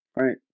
Right